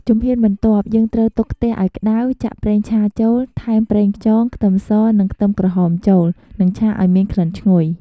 ជំហានបន្ទាប់ យើងត្រូវទុកខ្ទះឱ្យក្ដៅ ចាក់ប្រេងឆាចូល ថែមប្រេងខ្យង ខ្ទឹមស និងខ្ទឹមក្រហមចូល និងឆាឱ្យមានក្លិនឈ្ងុយ ។